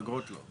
אגרות לא.